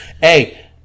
Hey